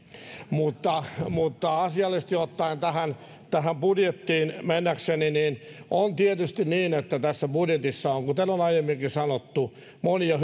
mutta mutta asiallisesti ottaen tähän tähän budjettiin mennäkseni on tietysti niin että tässä budjetissa on kuten on aiemminkin sanottu monia